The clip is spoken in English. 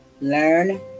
learn